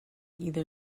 either